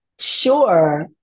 Sure